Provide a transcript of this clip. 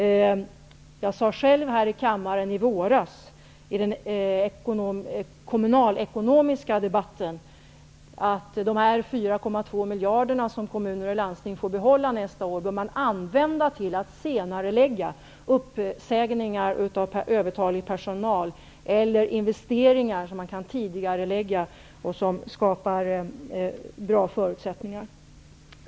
Jag sade själv här i kammaren i våras vid den kommunalekonomiska debatten att de 4,2 miljarderna som kommuner och landsting får nästa år bör användas till att senarelägga uppsägningar av övertalig personal eller tidigareläggning av investeringar som skapar goda förutsättningar.